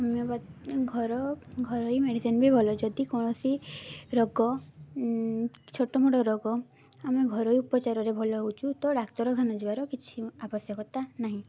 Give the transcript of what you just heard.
homeopathy ଘର ଘରୋଇ medicine ବି ଭଲ ଯଦି କୌଣସି ରୋଗ ଛୋଟ ମୋଟ ରୋଗ ଆମେ ଘରୋଇ ଉପଚାରରେ ଭଲ ହେଉଛୁ ତ ଡାକ୍ତରଖାନା ଯିବାର କିଛି ଆବଶ୍ୟକତା ନାହିଁ